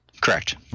Correct